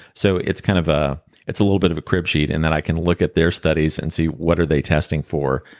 so it's kind of ah it's a little bit of a crib sheet, in that i can look at their studies, and see what are they testing for?